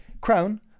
crown